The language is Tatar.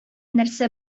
нәрсә